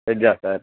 வெஜ்ஜா சார்